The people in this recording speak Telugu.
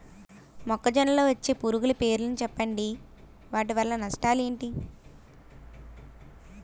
మొక్కజొన్న లో వచ్చే పురుగుల పేర్లను చెప్పండి? వాటి వల్ల నష్టాలు ఎంటి?